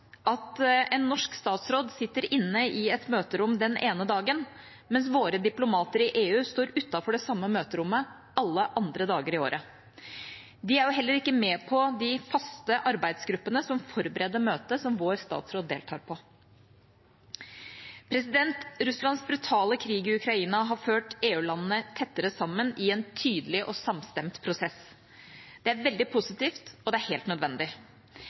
at en norsk statsråd sitter inne i et møterom den ene dagen, mens våre diplomater i EU står utenfor det samme møterommet alle andre dager i året. De er heller ikke med i de faste arbeidsgruppene som forbereder møtet som vår statsråd deltar på. Russlands brutale krig i Ukraina har ført EU-landene tettere sammen i en tydelig og samstemt prosess. Det er veldig positivt, og det er helt nødvendig,